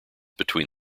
between